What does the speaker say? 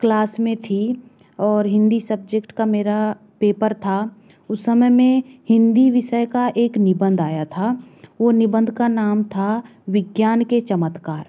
class में थी और हिंदी सब्जेक्ट का मेरा पेपर था उस समय में हिंदी विषय का एक निबंध आया था वह निबंध का नाम था विज्ञान के चमत्कार